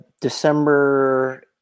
December